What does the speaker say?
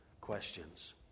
questions